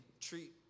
treat